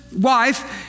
wife